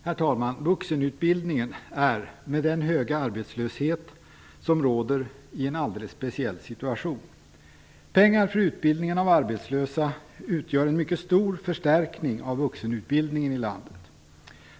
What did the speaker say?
Med den höga arbetslöshet som råder befinner sig vuxenutbildningen i en alldeles speciell situation. Pengar för utbildning av arbetslösa utgör en mycket stor förstärkning av vuxenutbildningen i landet.